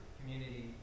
community